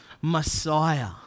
Messiah